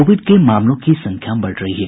Covid के मामलों की संख्या बढ़ रही है